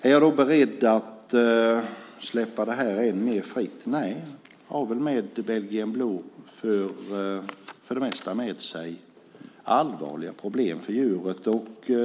Är jag då beredd att släppa det här än mer fritt? Nej, avel med Belgian blue innebär för det mesta allvarliga problem för djuret.